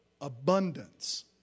abundance